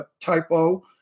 Typo